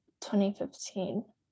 2015